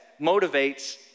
motivates